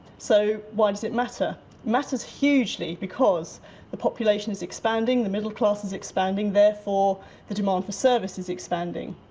so why does it matter? it matters hugely because the population is expanding, the middle class is expanding, therefore the demand for service is expanding.